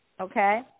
Okay